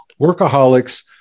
Workaholics